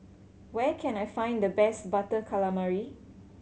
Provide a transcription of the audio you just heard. where can I find the best Butter Calamari